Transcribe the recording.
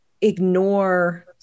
ignore